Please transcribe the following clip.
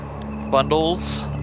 bundles